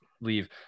leave